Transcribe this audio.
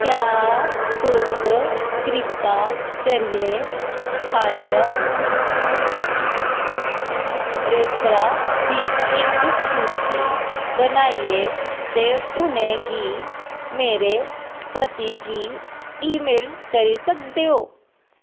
क्या तुस कृपा करियै स्थानीय रेस्तरां दी इक सूची बनाइयै ते उ'नें गी मेरे पति गी ईमेल करी सकदे ओ